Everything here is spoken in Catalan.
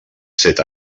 set